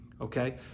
Okay